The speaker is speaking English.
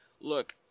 look